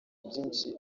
byinshi